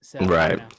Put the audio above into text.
Right